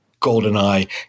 Goldeneye